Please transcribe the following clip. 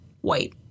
white